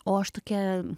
o aš tokia